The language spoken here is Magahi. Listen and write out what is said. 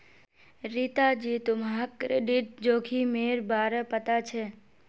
रीता जी, तुम्हाक क्रेडिट जोखिमेर बारे पता छे?